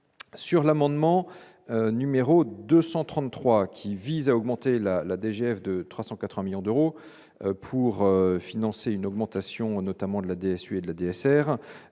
sur l'amendement numéro 233 qui vise à augmenter la la DGF de 380 millions d'euros pour financer une augmentation, notamment de la DSU et le dessert,